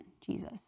Jesus